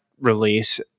release